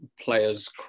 players